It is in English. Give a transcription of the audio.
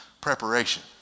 preparation